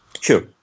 Sure